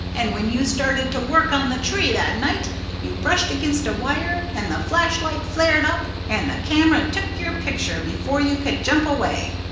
and when you started to work on the tree that night you brushed against a wire, and the flashlight flared up, and the camera took your picture before you could jump away.